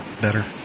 better